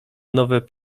nowe